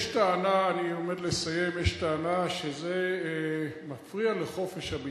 יש טענה, אני עומד לסיים, שזה מפריע לחופש הביטוי.